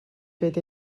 fet